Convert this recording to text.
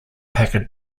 packer